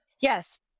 yes